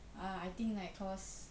ah I think like cause